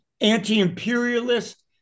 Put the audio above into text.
anti-imperialist